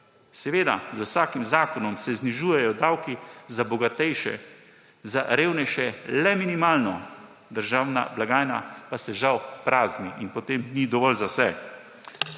Seveda, z vsakim zakonom se znižujejo davki za bogatejše, za revnejše le minimalno, državna blagajna pa se žal prazni in potem ni dovolj za vse.